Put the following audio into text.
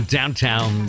Downtown